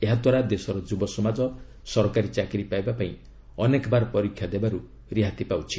ଏହାଦ୍ୱାରା ଦେଶର ଯୁବସମାଜ ସରକାରୀ ଚାକିରୀ ପାଇବାପାଇଁ ଅନେକବାର ପରୀକ୍ଷା ଦେବାରୁ ରିହାତି ପାଇଛି